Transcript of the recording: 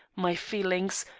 my feelings,